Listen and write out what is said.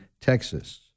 Texas